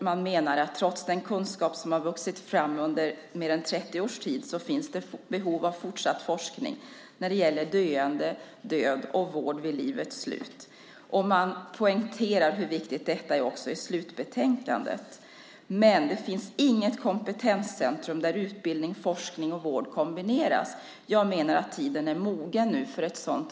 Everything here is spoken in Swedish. Man menar att trots den kunskap som har vuxit fram under mer än 30 års tid finns det behov av fortsatt forskning när det gäller döende, död och vård vid livets slut. Man poängterar också i slutbetänkandet hur viktigt detta är. Men det finns inget kompetenscentrum där utbildning, forskning och vård kombineras. Jag menar att tiden nu är mogen för ett sådant.